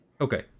Okay